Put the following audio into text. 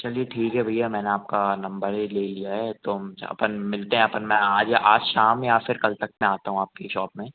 चलिए ठीक है भैया मैंने आपका नंबर ही ले लिया है तो हम अपन मिलते हैं अपन मैं आज आज शाम या फिर कल तक मैं आता हूँ आपकी शॉप में